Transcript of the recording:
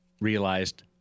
realized